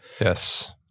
Yes